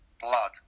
blood